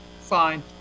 fine